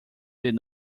did